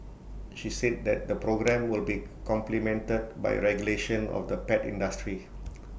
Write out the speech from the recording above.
she said that the programme will be complemented by regulation of the pet industry